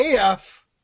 AF